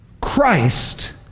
Christ